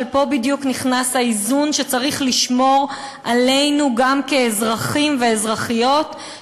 אבל פה בדיוק נכנס האיזון שצריך לשמור עלינו גם כאזרחים ואזרחיות,